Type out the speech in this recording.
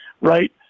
right